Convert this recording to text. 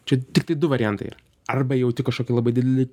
čia tiktai du variantai yra arba jauti kažkokį labai didelį